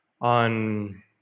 on